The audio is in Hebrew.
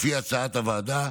לפי הצעת הוועדה,